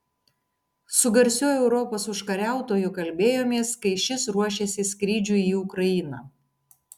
su garsiuoju europos užkariautoju kalbėjomės kai šis ruošėsi skrydžiui į ukrainą